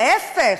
להפך,